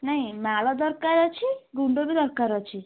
ନାଇଁ ମାଳ ଦରକାର ଅଛି ଗୁଣ୍ଡ ବି ଦରକାର୍ ଅଛି